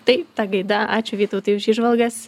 tai ta gaida ačiū vytautai už įžvalgas